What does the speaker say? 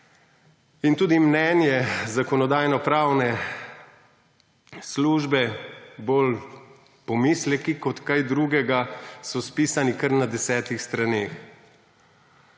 In tudi mnenje Zakonodajno-pravne službe, bolj pomisleki kot kaj drugega, so spisani kar na desetih straneh.